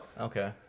Okay